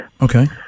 Okay